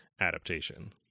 adaptation